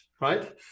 Right